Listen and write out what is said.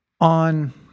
on